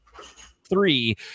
three